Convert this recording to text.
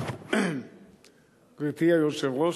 גברתי היושבת-ראש,